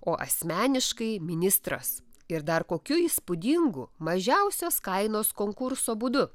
o asmeniškai ministras ir dar kokiu įspūdingu mažiausios kainos konkurso būdu